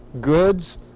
goods